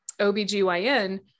OBGYN